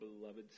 beloved